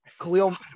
Khalil